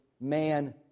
Man